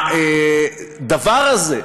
הדבר הזה,